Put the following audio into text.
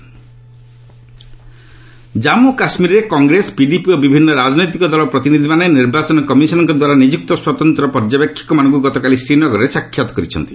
EC Jammu କାଶ୍ମୀରରେ କଂଗ୍ରେସ ପିଡିପି ଓ ବିଭିନ୍ନ ରାଜନୈତିକ ଦଳ ପ୍ରତିନିଧିମାନେ ନିର୍ବାଚନ କମିଶନଙ୍କ ଦ୍ୱାରା ନିଯୁକ୍ତ ସ୍ୱତନ୍ତ୍ର ପର୍ଯ୍ୟବେକ୍ଷକମାନଙ୍କୁ ଗତକାଲି ଶ୍ରୀ ନଗରରେ ସାକ୍ଷାତ କରିଛନ୍ତି